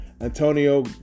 Antonio